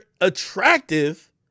attractive